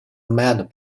mad